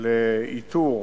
לאיתור